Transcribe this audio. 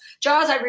Jaws